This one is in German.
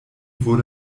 wurde